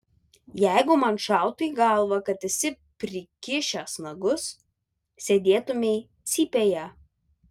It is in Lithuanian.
jeigu man šautų į galvą kad esi prikišęs nagus sėdėtumei cypėje